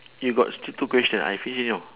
you got still two question I finish already you know